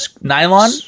Nylon